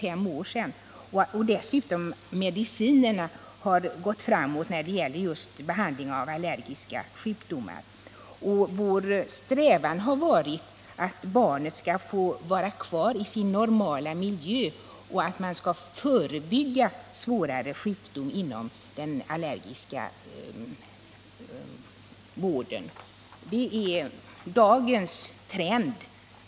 Dessutom har det ju gått framåt på det medicinska området när det gäller behandlingen av allergisjukdomar. Vår strävan har varit att barnen så länge det är möjligt skall få vara kvar i sin normala miljö och att försöka att förebygga svårare sjukdomar på det här området.